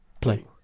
play